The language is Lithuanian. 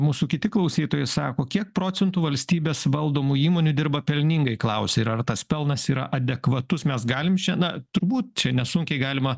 mūsų kiti klausytojai sako kiek procentų valstybės valdomų įmonių dirba pelningai klausė ir ar tas pelnas yra adekvatus mes galim čia na turbūt čia nesunkiai galima